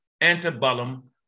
antebellum